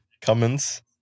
Cummins